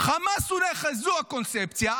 חמאס הוא נכס, זו הקונספציה.